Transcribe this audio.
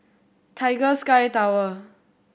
Tiger Sky Tower